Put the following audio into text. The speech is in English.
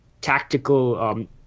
tactical